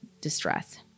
distress